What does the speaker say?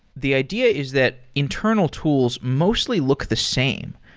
the idea is that internal tools mostly look the same.